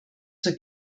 zur